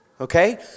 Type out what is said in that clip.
Okay